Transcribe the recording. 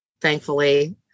thankfully